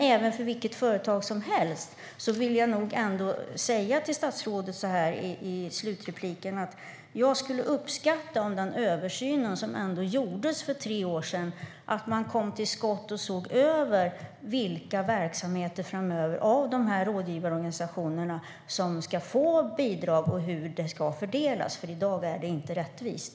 Så här i mitt sista inlägg vill jag nog ändå säga till statsrådet att jag, när det gäller vilket företag som helst, skulle uppskatta om man utifrån den översyn som gjordes för tre år sedan kom till skott och såg över vilka verksamheter av rådgivarorganisationerna som ska få bidrag och hur det ska fördelas. I dag är det nämligen inte rättvist.